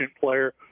player